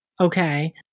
Okay